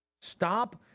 Stop